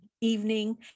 evening